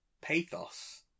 pathos